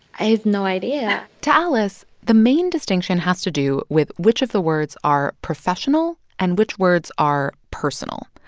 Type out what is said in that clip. i have no idea to alice, the main distinction has to do with which of the words are professional and which words are personal.